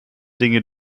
dinge